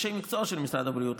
אנשי מקצוע של משרד הבריאות,